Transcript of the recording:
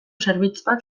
zerbitzuak